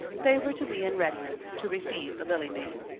they were to be in readiness to receive the lily maid.